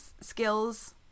skills